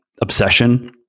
obsession